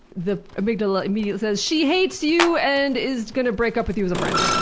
the amygdala immediately says, she hates you and is going to break up with you as a friend.